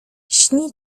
śni